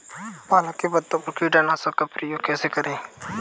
पालक के पत्तों पर कीटनाशक का प्रयोग कैसे करें?